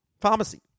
Pharmacy